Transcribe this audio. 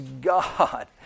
God